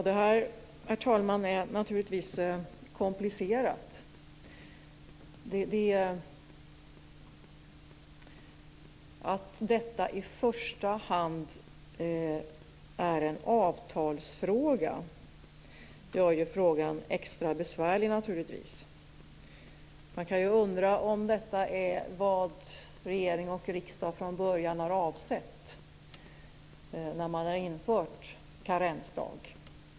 Herr talman! Detta är naturligtvis komplicerat. Att det i första hand är en avtalsfråga gör det naturligtvis extra besvärligt. Man kan undra vad regering och riksdag från början har avsett när karensdag infördes.